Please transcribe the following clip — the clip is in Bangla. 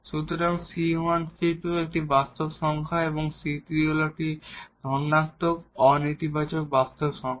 সুতরাং c1 c2 একটি বাস্তব সংখ্যা এবং c3 হল একটি পজিটিভ নন নেগেটিভ বাস্তব সংখ্যা